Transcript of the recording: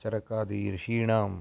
चरकादि ऋषीणां